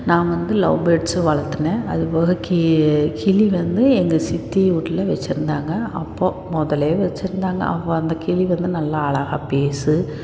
நான் வந்து love birds வளத்துனேன் அது போக கிளி வந்து எங்கள் சித்தி வீட்ல வச்சுருந்தாங்க அப்போது முதல்லேயே வச்சுருந்தாங்க அப்போ அந்த கிளி வந்து நல்லா அழகாக பேசும்